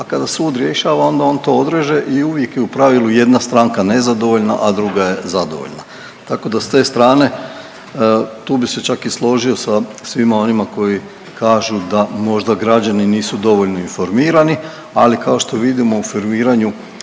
A kada sud rješava onda on to odreže i uvijek je u pravilu jedna stranka nezadovoljna, a druga je zadovoljna. Tako da s te strane, tu bi se čak i složio sa svima onima koji kažu da možda građani nisu dovoljno informirani, ali kao što vidimo u formiranju